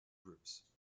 groups